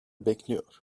bekliyor